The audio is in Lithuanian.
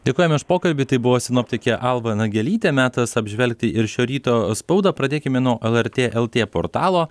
dėkojame už pokalbį tai buvo sinoptikė alva nagelytė metas apžvelgti ir šio ryto spaudą pradėkime nuo lrt lt portalo